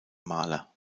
maler